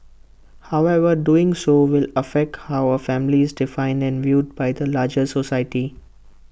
however doing so will affect how A family is defined and viewed by the larger society